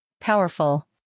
powerful